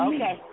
Okay